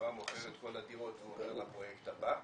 כבר מוכר את כל הדירות והוא עובר לפרויקט הבא,